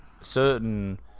certain